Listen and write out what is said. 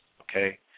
okay